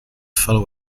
follow